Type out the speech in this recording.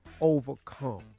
overcome